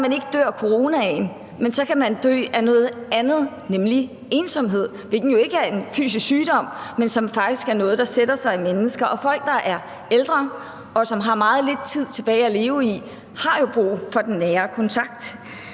at man ikke dør af coronaen, men så kan man dø af noget andet, nemlig ensomhed, hvilket jo ikke er en fysisk sygdom, men faktisk er noget, der sætter sig i mennesker. Folk, der er ældre, og som har meget lidt tid tilbage at leve i, har jo brug for den nære kontakt.